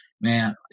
man